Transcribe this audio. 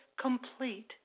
complete